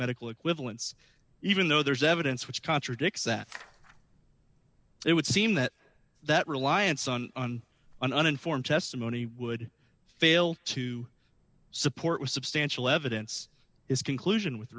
medical equivalence even though there's evidence which contradicts that it would seem that that reliance on an uninformed testimony would fail to support with substantial evidence is conclusion with